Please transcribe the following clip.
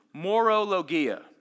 morologia